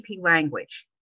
language